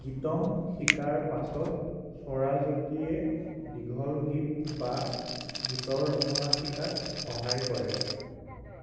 গীতম শিকাৰ পাছত স্বৰাজতীয়ে দীঘল গীত বা গীতৰ ৰচনা শিকাত সহায় কৰে